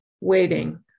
waiting